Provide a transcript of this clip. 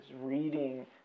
reading